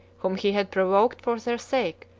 whom he had provoked for their sake,